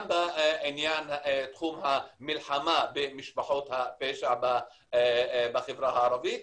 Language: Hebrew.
גם בעניין תחום המלחמה במשפחות הפשע בחברה הערבית,